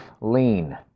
Lean